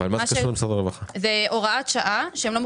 אבל מה זה קשור למשרד הרווחה?